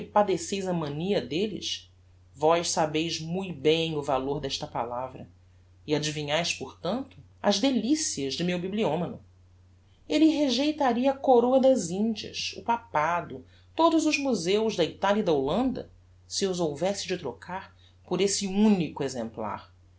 padeceis a mania delles vós sabeis mui bem o valor desta palavra e adivinhaes portanto as delicias de meu bibliomano elle regeitaria a corôa das indias o papado todos os muzeus da italia e da hollanda se os houvesse de trocar por esse unico exemplar